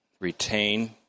retain